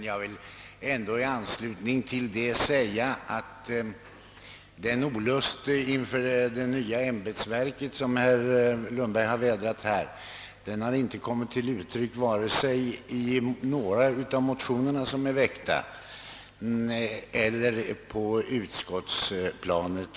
Jag vill ändå i anslutning till dessa säga att den olust inför det nya ämbetsverket, som herr Lundberg vädrade, inte har kommit till uttryck vare sig 1 de väckta motionerna eller under arbetet i utskottet.